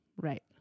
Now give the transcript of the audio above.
Right